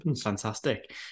Fantastic